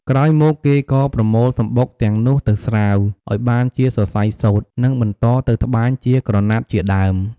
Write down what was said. ក្រោយមកគេក៏ប្រមូលសំបុកទាំងនោះទៅស្រាវ ឱ្យបានជាសរសៃសូត្រ និងបន្តទៅត្បាញជាក្រណាត់ជាដើម។